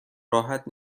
راحت